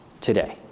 today